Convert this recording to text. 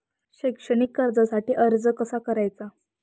शैक्षणिक कर्जासाठी अर्ज कसा करायचा?